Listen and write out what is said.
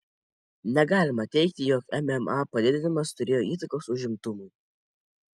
negalima teigti jog mma padidinimas turėjo įtakos užimtumui